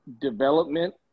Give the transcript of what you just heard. development